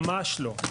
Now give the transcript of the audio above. ממש לא.